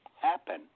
happen